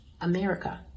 America